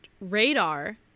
radar